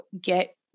get